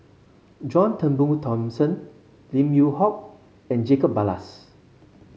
John Turnbull Thomson Lim Yew Hock and Jacob Ballas